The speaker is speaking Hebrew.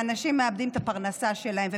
תתביישו לכם שאנשים מאבדים את הפרנסה שלהם, תודה.